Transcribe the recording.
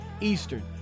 Eastern